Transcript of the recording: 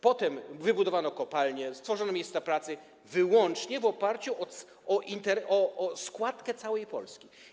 Potem wybudowano kopalnie i stworzono miejsca pracy wyłącznie w oparciu o składkę całej Polski.